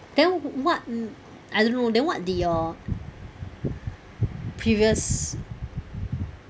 then what I don't know then what did your previous